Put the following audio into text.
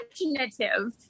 imaginative